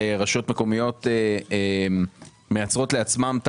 ורשויות מקומיות מייצרות לעצמן את